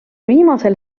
viimasel